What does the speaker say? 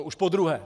Už podruhé.